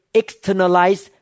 externalize